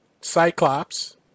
Cyclops